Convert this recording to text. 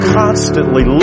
constantly